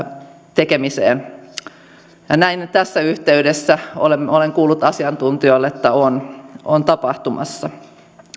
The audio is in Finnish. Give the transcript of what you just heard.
tekemiseen tässä yhteydessä olen kuullut asiantuntijoilta että näin on tapahtumassa